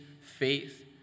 faith